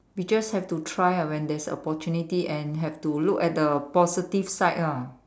we just have to try ah when there's opportunity and have to look at the positive side ah